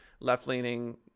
left-leaning